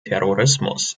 terrorismus